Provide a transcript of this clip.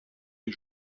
est